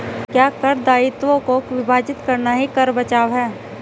क्या कर दायित्वों को विभाजित करना ही कर बचाव है?